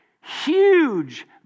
huge